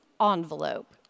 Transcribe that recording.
envelope